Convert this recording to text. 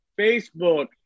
Facebook